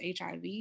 HIV